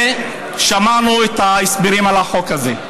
שמענו את ההסברים על החוק הזה.